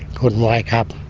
couldn't wake up.